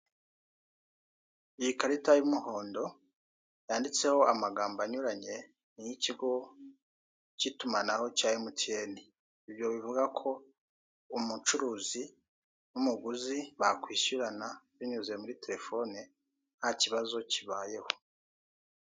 Ni ikarita y'umuhondo yanditseho amagambo anyuranye, ni iy'ikigo k'itumanaho cya emutiyeni ibyo bivuga ko umucuruzi n'umuguzi bakishyurana binyuze muri terefoni nta kibazo kibayeho.